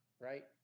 right